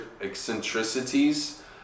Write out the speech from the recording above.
eccentricities